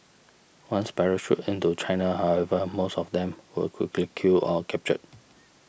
once parachuted into China however most of them were quickly killed or captured